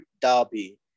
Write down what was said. Derby